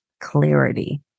clarity